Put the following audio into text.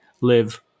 live